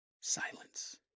silence